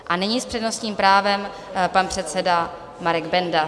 A nyní s přednostním právem pan předseda Marek Benda.